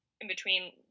in-between